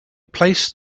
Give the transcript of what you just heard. placed